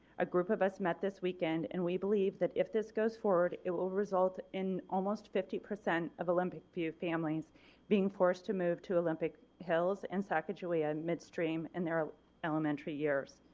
a group of us met this weekend and we believe that if this goes forward it will result in almost a fifty percent of olympic view families being forced to move to olympic hills and sacagawea midstream in their elementary years.